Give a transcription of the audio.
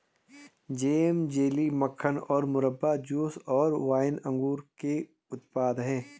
jam, jelly, मक्खन और मुरब्बा, जूस और वाइन अंगूर के उत्पाद हैं